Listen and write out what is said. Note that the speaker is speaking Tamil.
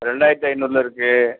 ரெண்டாயிரத்து ஐந்நூறில் இருக்கு